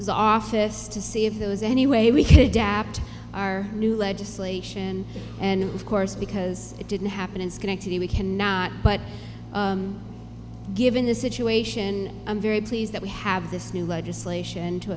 his office to see if there was any way we could adapt our new legislation and of course because it didn't happen in schenectady we cannot but given the situation and i'm very pleased that we have this new legislation to